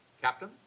Captain